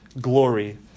glory